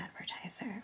Advertiser